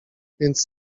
więc